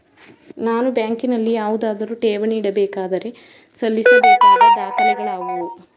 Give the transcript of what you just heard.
ನಾನು ಬ್ಯಾಂಕಿನಲ್ಲಿ ಯಾವುದಾದರು ಠೇವಣಿ ಇಡಬೇಕಾದರೆ ಸಲ್ಲಿಸಬೇಕಾದ ದಾಖಲೆಗಳಾವವು?